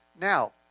Now